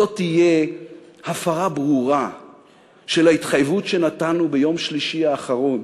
זו תהיה הפרה ברורה של ההתחייבות שנתנו ביום שלישי האחרון